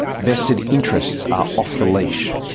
vested interests are off the leash.